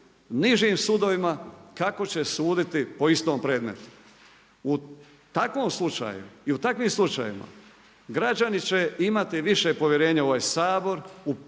nižim sudovima kako će suditi po istom predmetu. U takvom slučaju i u takvim slučajevima građani će imati više povjerenja u ovaj Sabor,